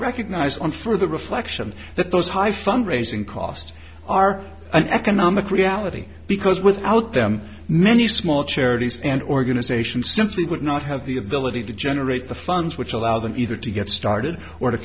recognize on further reflection that those high fundraising costs are an economic reality because without them many small charities and organizations simply would not have the ability to generate the funds which allow them either to get started or to